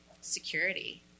security